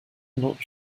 not